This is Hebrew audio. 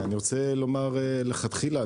לכתחילה,